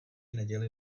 neděli